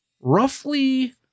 roughly